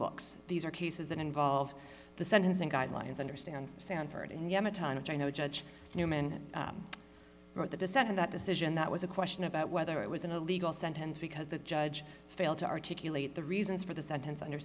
books these are cases that involve the sentencing guidelines understand sanford and yemen tonnage i know judge newman wrote the dissent in that decision that was a question about whether it was an illegal sentence because the judge failed to articulate the reasons for the sentence under